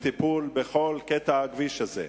לטיפול בכל קטע הכביש הזה.